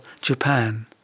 Japan